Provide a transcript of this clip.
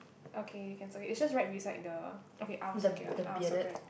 okay can circle it is just right beside the okay I'll circle I'll circle it